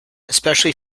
especially